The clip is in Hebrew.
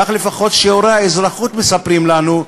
כך לפחות שיעורי האזרחות מספרים לנו,